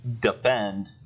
defend